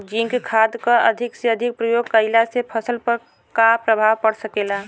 Zinc खाद क अधिक से अधिक प्रयोग कइला से फसल पर का प्रभाव पड़ सकेला?